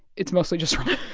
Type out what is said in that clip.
it's mostly just wrong